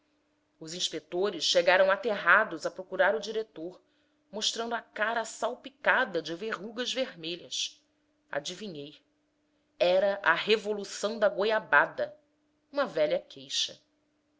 os inspetores chegaram aterrados a procurar o diretor mostrando a cara salpicada de verrugas vermelhas adivinhei era a revolução da goiabada uma velha queixa